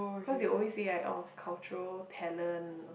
cause they always say like oh culture talent